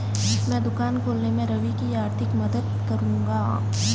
मैं दुकान खोलने में रवि की आर्थिक मदद करूंगा